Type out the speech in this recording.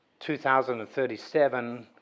2037